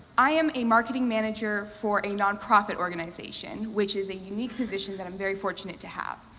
i am a marketing manager for a non-profit organization, which is a unique position that i'm very fortunate to have.